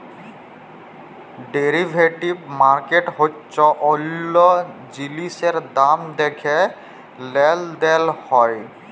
derivative market হচ্যে অল্য জিলিসের দাম দ্যাখে লেলদেল হয়